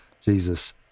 Jesus